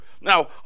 Now